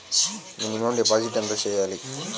Minimum deposit ఎంత చెయ్యాలి?